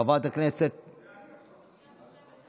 חבר הכנסת איימן עודה.